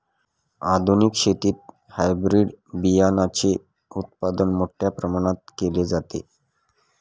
आधुनिक शेतीत हायब्रिड बियाणाचे उत्पादन मोठ्या प्रमाणात केले जाते